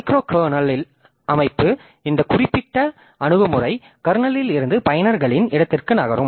micro kernel அமைப்பு இந்த குறிப்பிட்ட அணுகுமுறை கர்னலில் இருந்து பயனர்களின் இடத்திற்கு நகரும்